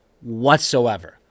whatsoever